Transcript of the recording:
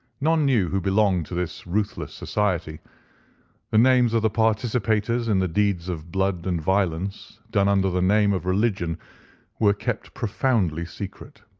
none knew who belonged to this ruthless society the names of the participators in the deeds of blood and violence done under the name of religion were kept profoundly secret.